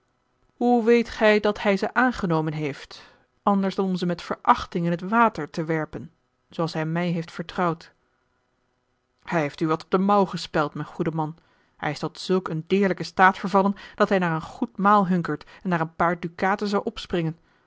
hoe weet gij dat hij ze aangenomen heeft anders dan om ze met verachting in t water te werpen zooals hij mij heeft vertrouwd hij heeft u wat op de mouw gespeld mijn goede man hij is tot zulk een deerlijken staat vervallen dat hij naar een goed a l g bosboom-toussaint de delftsche wonderdokter eel maal hunkert en naar een paar dukaten zou opspringen